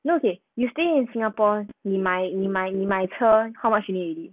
notice you stay in singapore 你买你买你买车 how much you need already